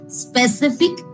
specific